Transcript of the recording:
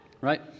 right